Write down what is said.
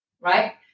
Right